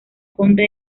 conde